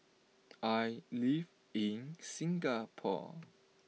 I live in Singapore